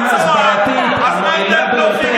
במקום לשבת בבית סוהר, מגן עליך.